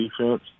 defense